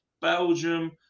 Belgium